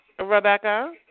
Rebecca